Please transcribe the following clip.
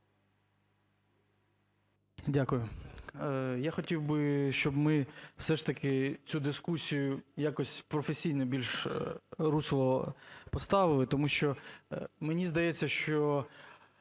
Дякую. Я хотів би, щоб ми все ж таки цю дискусію якось в професійне більш русло поставили, тому що мені здається, що